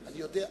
אני יודע.